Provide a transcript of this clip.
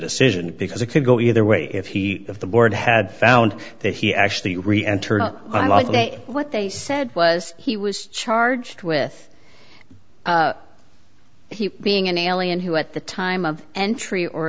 decision because it could go either way if he of the board had found that he actually reenter not what they said was he was charged with being an alien who at the time of entry or